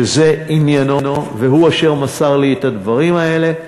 שזה עניינו והוא אשר מסר לי את הדברים האלה,